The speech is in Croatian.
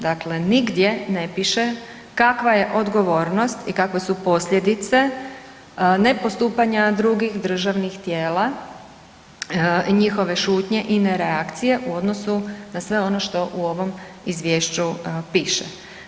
Dakle, nigdje ne piše kakva je odgovornost i kakve su posljedice nepostupanja drugih državnih tijela i njihove šutnje i nereakcije u odnosu na sve ono što u ovoj Izvješću piše.